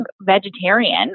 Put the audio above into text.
vegetarian